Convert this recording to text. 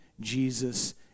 Jesus